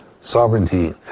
Sovereignty